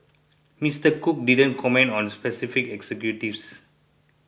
Mr Cook didn't comment on specific executives